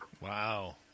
wow